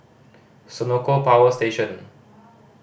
Senoko Power Station